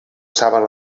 saben